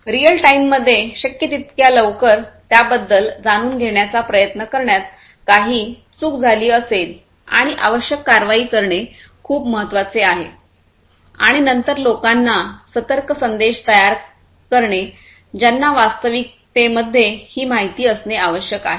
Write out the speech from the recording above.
real टाइममध्ये शक्य तितक्या लवकर त्याबद्दल जाणून घेण्याचा प्रयत्न करण्यात काही चूक झाली असेल आणि आवश्यक कारवाई करणे खूप महत्वाचे आहे आणि नंतर लोकांना सतर्क संदेश तयार करणे ज्यांना वास्तविकतेमध्ये ही माहिती असणे आवश्यक आहे